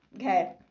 Okay